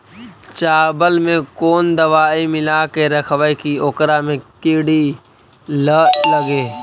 चावल में कोन दबाइ मिला के रखबै कि ओकरा में किड़ी ल लगे?